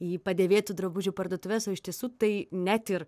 į padėvėtų drabužių parduotuves o iš tiesų tai net ir